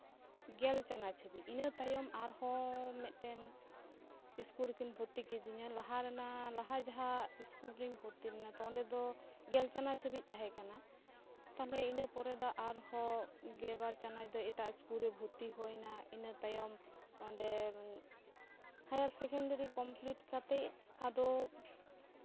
ᱜᱮᱞ ᱪᱟᱱᱟᱪ ᱦᱟᱹᱵᱤᱡ ᱤᱱᱟᱹ ᱛᱟᱭᱚᱢ ᱟᱨᱦᱚᱸ ᱢᱤᱫᱴᱮᱱ ᱤᱥᱠᱩᱞ ᱨᱮᱠᱤᱱ ᱵᱷᱚᱨᱛᱤ ᱠᱤᱫᱤᱧᱟ ᱞᱟᱦᱟ ᱨᱮᱱᱟᱜ ᱞᱟᱦᱟ ᱡᱟᱦᱟᱸ ᱤᱥᱠᱩᱞ ᱨᱤᱧ ᱵᱷᱚᱨᱛᱤ ᱞᱮᱱᱟ ᱛᱚ ᱚᱸᱰᱮ ᱫᱚ ᱜᱮᱞ ᱪᱟᱱᱟᱪ ᱦᱟᱹᱵᱤᱡ ᱛᱟᱦᱮᱸ ᱠᱟᱱᱟ ᱛᱟᱦᱚᱞᱮ ᱤᱱᱟᱹ ᱯᱚᱨᱮ ᱫᱚ ᱟᱨᱦᱚᱸ ᱜᱮᱵᱟᱨ ᱪᱟᱱᱟᱪ ᱫᱚ ᱮᱴᱟᱜ ᱤᱥᱠᱩᱞ ᱨᱮ ᱵᱷᱚᱨᱛᱤ ᱦᱩᱭᱱᱟ ᱤᱱᱟᱹ ᱛᱟᱭᱚᱢ ᱚᱸᱰᱮ ᱦᱟᱭᱟᱨ ᱥᱮᱠᱮᱱᱰᱟᱨᱤ ᱠᱚᱢᱯᱤᱞᱤᱴ ᱠᱟᱛᱮᱜ ᱟᱫᱚ